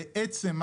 בעצם,